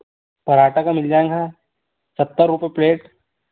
पराँठा का मिल जाएगा सत्तर रुपये प्लेट